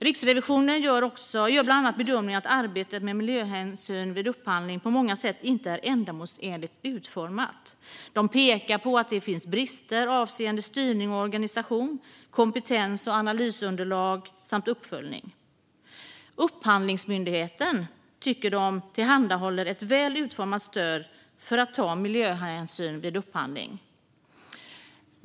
Riksrevisionen gör bland annat bedömningen att arbetet med miljöhänsyn vid upphandling på många sätt inte är ändamålsenligt utformat. Man pekar på att det finns brister avseende styrning och organisation, kompetens och analysunderlag samt uppföljning. Man tycker att Upphandlingsmyndigheten tillhandahåller ett väl utformat stöd för att ta miljöhänsyn vid upphandling.